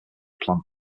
plant